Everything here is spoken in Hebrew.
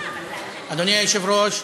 אדוני היושב-ראש,